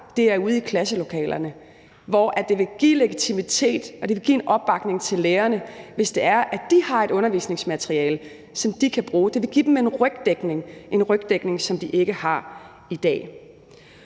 er ude i klasselokalerne, hvor det vil give legitimitet og opbakning til lærerne, hvis de har et undervisningsmateriale, som de kan bruge. Det vil give dem rygdækning – en rygdækning, som de ikke har i dag.